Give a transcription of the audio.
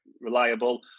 reliable